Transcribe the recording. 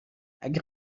اگه